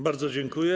Bardzo dziękuję.